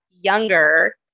younger